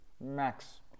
Max